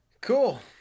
Cool